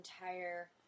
entire